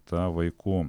ta vaikų